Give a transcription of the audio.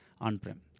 on-prem